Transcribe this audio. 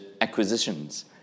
acquisitions